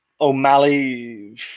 O'Malley